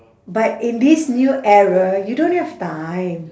but in this new era you don't have time